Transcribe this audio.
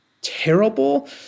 terrible